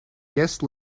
guest